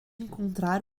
encontrar